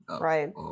Right